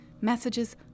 messages